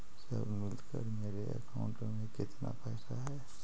सब मिलकर मेरे अकाउंट में केतना पैसा है?